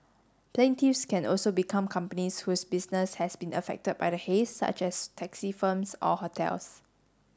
plaintiffs can also be companies whose business has been affected by the haze such as taxi firms or hotels